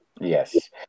Yes